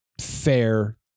fair